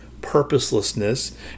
purposelessness